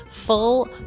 full